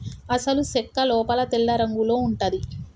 అసలు సెక్క లోపల తెల్లరంగులో ఉంటది